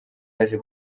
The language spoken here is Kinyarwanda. yaje